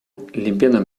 limpiando